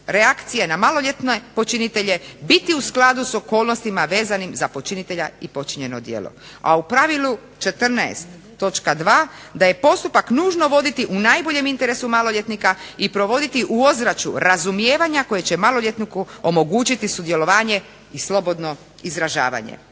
reakcije na maloljetne počinitelje biti u skladu s okolnostima vezanim za počinitelja i počinjeno djelo, a u pravilu 14.2 da je postupak nužno voditi u najboljem interesu maloljetnika i provoditi u ozračju razumijevanja koje će maloljetniku omogućiti sudjelovanje i slobodno izražavanje.